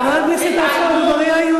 ההצעה לסדר-היום,